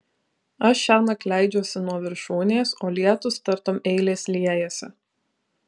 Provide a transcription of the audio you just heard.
aš šiąnakt leidžiuosi nuo viršūnės o lietūs tartum eilės liejasi